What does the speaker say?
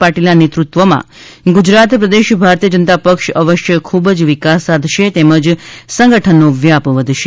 પાટીલના નેતૃત્વમાં ગુજરાત પ્રદેશ ભારતીય જનતા પક્ષ અવશ્ય ખૂબ વિકાસ સાધશે તેમજ સંગઠનનો વ્યાપ વધશે